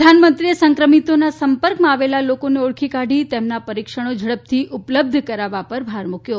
પ્રધાનમંત્રીએ સંક્રમિતોના સંપર્કમાં આવેલા લોકોને ઓળખી કાઢી તેમના પરીક્ષણો ઝડપથી ઉપલબ્ધ કરાવવા પર ભાર મુક્યો